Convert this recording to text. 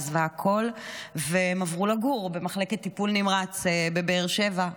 והיא עזבה הכול והם עברו לגור במחלקת טיפול נמרץ בבאר שבע,